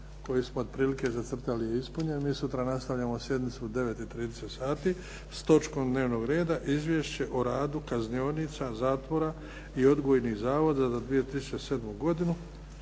koji smo otprilike zacrtali ispunjen. Mi sutra nastavljamo sjednicu u 9,30 sati s točkom dnevnog reda Izvješće o radu kaznionica, zatvora i odgojnih zavoda za 2007. godinu